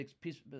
piece